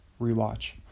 rewatch